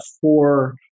four